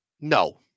no